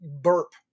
burp